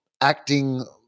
acting